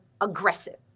aggressive